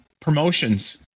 promotions